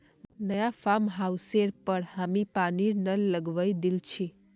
नया फार्म हाउसेर पर हामी पानीर नल लगवइ दिल छि